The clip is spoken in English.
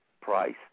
price